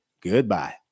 Goodbye